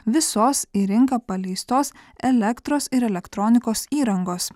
visos į rinką paleistos elektros ir elektronikos įrangos